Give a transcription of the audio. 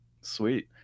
Sweet